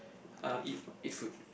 uh eat eat food